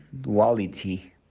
duality